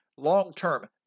Long-term